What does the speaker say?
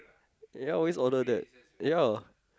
ya always order that ya